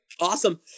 Awesome